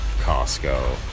Costco